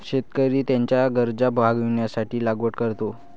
शेतकरी त्याच्या गरजा भागविण्यासाठी लागवड करतो